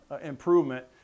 improvement